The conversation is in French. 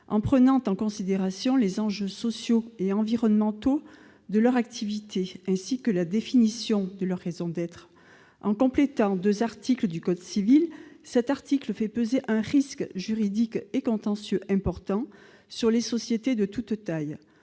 en prenant en considération les enjeux sociaux et environnementaux de leur activité, ainsi que la définition de leur raison d'être. En complétant deux articles du code civil, cet article fait peser un risque juridique et contentieux important sur les sociétés de toute taille.